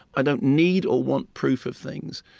i don't need or want proof of things.